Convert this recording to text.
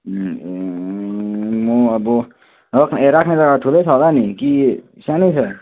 ए म अब राख्न राख्ने जग्गा चाहिँ ठुलै छ होला नि कि सानै छ